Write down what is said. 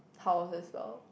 houses lor